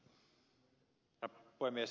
herra puhemies